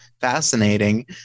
fascinating